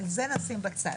אבל את זה נשים בצד.